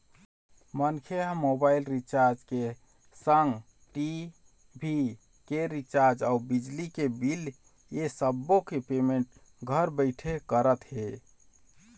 मनखे ह mobile recharge के संग टी.भी के रिचार्ज अउ बिजली के बिल ऐ सब्बो के पेमेंट घर बइठे करत हे